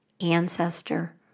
ancestor